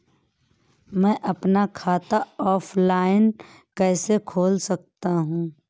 मैं अपना खाता ऑफलाइन कैसे खोल सकता हूँ?